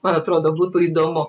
man atrodo būtų įdomu